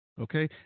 okay